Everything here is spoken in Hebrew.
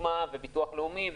ביטוח לאומי,